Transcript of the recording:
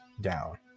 down